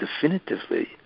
definitively